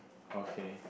okay